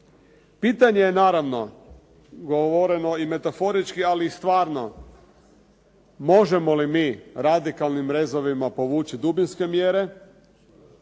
Pitanje je naravno govoreći i metaforički ali i stvarno, možemo li mi radikalnim rezovima povući dubinske mjere